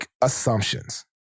assumptions